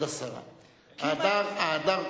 הערתי.